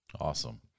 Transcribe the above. Awesome